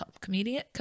comedian